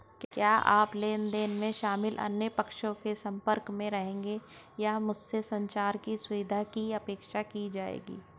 क्या आप लेन देन में शामिल अन्य पक्षों के संपर्क में रहेंगे या क्या मुझसे संचार की सुविधा की अपेक्षा की जाएगी?